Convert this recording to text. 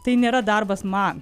tai nėra darbas man